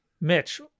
Mitch